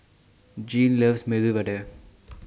Jeane loves Vada Jeane loves Medu Vada